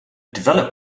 developed